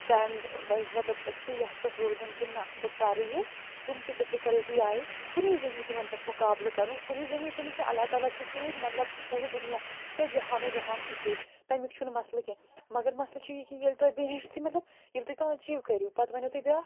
stand بَے مطلب أکۍسٕے یَتھ پٮ۪ٹھ روزُن کہِ نَہ بہٕ کَرٕ یہِ کَم تہِ ڈِفِکَلٹی آیہِ کُنی زٔنی تِمَن پٮ۪ٹھ مُقابلہٕ کَرُن کُنی زٔنی تہِ نہٕ کیٚںٛہہ اللہ تعالیٰ چھُ سۭتۍ مطلب چھُ پوٗرٕ دُنیا کیٛاہ جہان وجہان چھُ سۭتۍ تَمیُک چھُنہٕ مَسلہٕ کیٚنٛہہ مگر مسلہٕ چھُ یہِ کہِ ییٚلہِ تۄہہِ مطلب ییٚلہِ تُہۍ کانٛہہ أچیٖو کٔرِو پَتہٕ وَنیو تۄہہِ بیٛاکھ